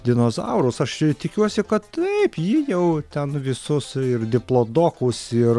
dinozaurus aš tikiuosi kad taip ji jau ten visus ir diplodokus ir